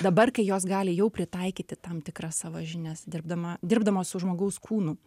dabar kai jos gali jau pritaikyti tam tikras savo žinias dirbdama dirbdamos su žmogaus kūnu